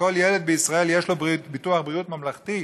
שלכל ילד בישראל יש ביטוח בריאות ממלכתי,